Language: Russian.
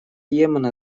йемена